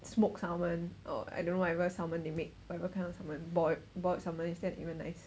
smoked salmon or I don't know whatever salmon they make whatever kind of salmon bald bald salmon is that even nice